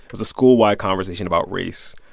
was school-wide conversation about race.